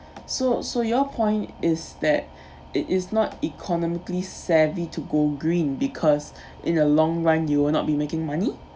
so so your point is that it is not economically savvy to go green because in the long run you will not be making money